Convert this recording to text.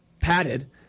padded